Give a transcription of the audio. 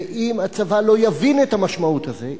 ואם הצבא לא יבין את המשמעות הזאת,